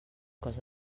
cos